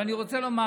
אבל אני רוצה לומר,